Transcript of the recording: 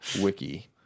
Wiki